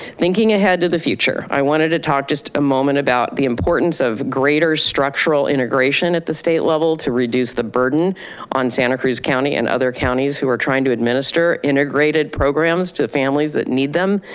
thinking ahead to the future, i wanted to talk just a moment about the importance of greater structural integration at the state level to reduce the burden on santa cruz county and other counties who are trying to administer integrated programs to the families that need them,